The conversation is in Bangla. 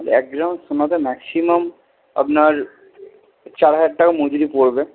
এক গ্রাম সোনাতে ম্যাক্সিমাম আপনার চার হাজার টাকা মজুরি পড়বে